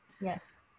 Yes